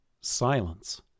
Silence